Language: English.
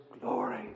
glory